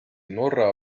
norra